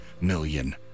million